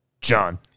John